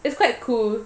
it's quite cool